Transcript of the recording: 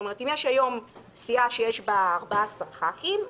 זאת אומרת אם יש היום סיעה שיש בה 14 חברי כנסת,